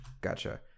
Gotcha